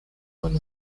one